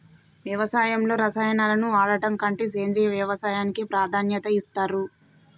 వ్యవసాయంలో రసాయనాలను వాడడం కంటే సేంద్రియ వ్యవసాయానికే ప్రాధాన్యత ఇస్తరు